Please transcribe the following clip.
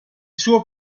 suo